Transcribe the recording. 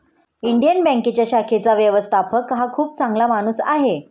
Indian बँकेच्या शाखेचा व्यवस्थापक हा खूप चांगला माणूस आहे